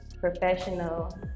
professional